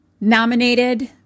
nominated